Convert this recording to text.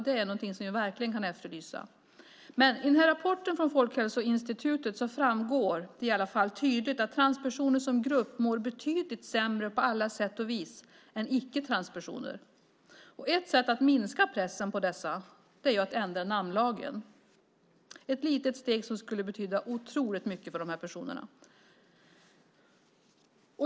Det är någonting som vi verkligen kan efterlysa. I rapporten från Folkhälsoinstitutet framgår det i alla fall tydligt att transpersoner som grupp mår betydligt sämre på alla sätt och vis än icke-transpersoner. Ett sätt att minska pressen på dem är att ändra namnlagen. Det är ett litet steg som skulle betyda otroligt mycket för dessa personer.